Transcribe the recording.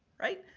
right?